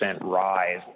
rise